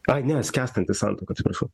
ai ne skęstanti santuoka atsiprašau